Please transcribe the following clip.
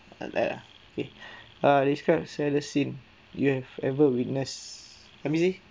like that lah okay uh describe saddest scene you have ever witness let me see